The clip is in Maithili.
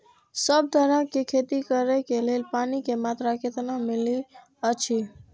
सब तरहक के खेती करे के लेल पानी के मात्रा कितना मिली अछि?